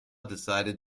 decided